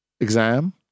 exam